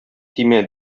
тимә